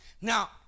Now